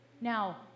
Now